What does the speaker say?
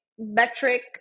Metric